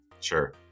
Sure